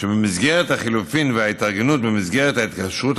שבמסגרת החילופים וההתארגנות במסגרת ההתקשרות